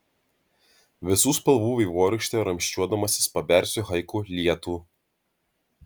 visų spalvų vaivorykšte ramsčiuodamasis pabersiu haiku lietų